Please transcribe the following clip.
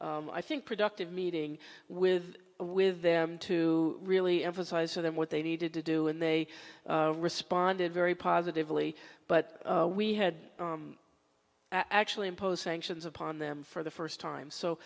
i think productive meeting with with them to really emphasize to them what they needed to do and they responded very positively but we had actually imposed sanctions upon them for the first time so